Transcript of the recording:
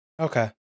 Okay